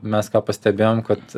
mes ką pastebėjom kad